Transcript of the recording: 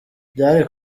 byari